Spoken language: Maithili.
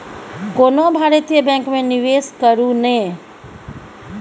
कोनो भारतीय बैंक मे निवेश करू ने